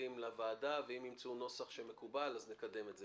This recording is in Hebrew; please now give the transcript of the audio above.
המשפטים לוועדה ואם ימצאו נוסח נוסף אז נקדם את זה.